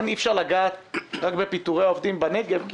אי אפשר לגעת רק בפיטורי העובדים בנגב,